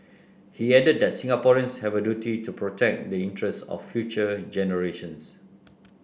he added that Singaporeans have a duty to protect the interest of future generations